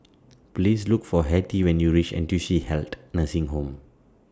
Please Look For Hetty when YOU REACH N T U C Health Nursing Home